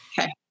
Okay